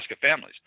families